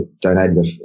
donated